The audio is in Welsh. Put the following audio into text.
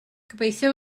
gobeithio